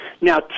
Now